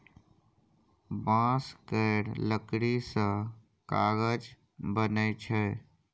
बांस केर लकड़ी सँ कागज बनइ छै